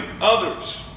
others